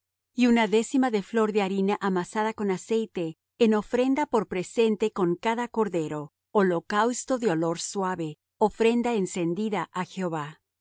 y una décima de flor de harina amasada con aceite en ofrenda por presente con cada cordero holocausto de olor suave ofrenda encendida á jehová